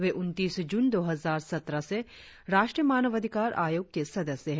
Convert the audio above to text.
वे उनतीस जून दो हजार सत्रह से राष्ट्रीय मानवाधिकार आयोग के सदस्य हैं